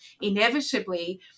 inevitably